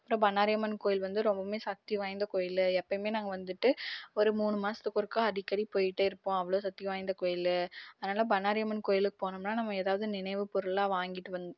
அப்புறம் பண்ணாரியம்மன் கோயில் வந்து ரொம்பவுமே சக்தி வாய்ந்த கோயில் எப்பவுமே நாங்கள் வந்துட்டு ஒரு மூணு மாசத்துக்கு ஒருக்கா அடிக்கடி போய்ட்டே இருப்போம் அவ்வளோ சக்தி வாய்ந்த கோயில் அதனால் பண்ணாரியம்மன் கோயிலுக்கு போனம்னால் நம்ம ஏதாவது நினைவு பொருளாக வாங்கிட்டு வந்